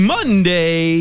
Monday